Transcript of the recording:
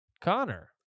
Connor